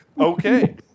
Okay